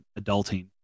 adulting